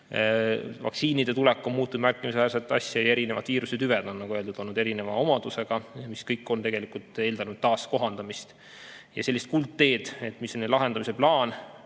Vaktsiinide tulek on muutnud märkimisväärselt asja ja erinevad viirusetüved on, nagu öeldud, olnud erinevate omadustega, mis kõik on eeldanud taas [plaanide] kohandamist. Sellist kuldteed, mis on lahendamise plaan,